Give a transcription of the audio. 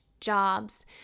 jobs